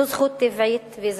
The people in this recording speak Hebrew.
זו זכות טבעית ואזרחית.